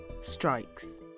Strikes